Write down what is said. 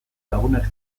lagunak